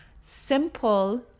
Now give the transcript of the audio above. simple